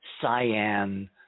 cyan